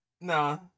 Nah